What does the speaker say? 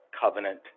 covenant